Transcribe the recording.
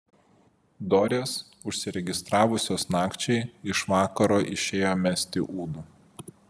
dorės užsiregistravusios nakčiai iš vakaro išėjo mesti ūdų